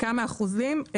כמה אחוזים?